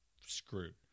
screwed